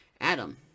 Adam